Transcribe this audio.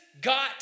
got